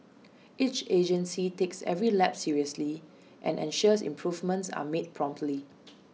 each agency takes every lapse seriously and ensures improvements are made promptly